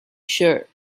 sure